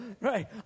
Right